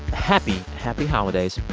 happy, happy holidays.